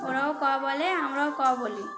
ওরাও ক বলে আমরাও ক বলি